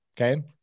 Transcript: Okay